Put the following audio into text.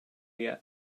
yet